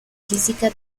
física